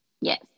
Yes